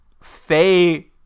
Faye